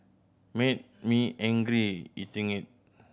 made me angry eating it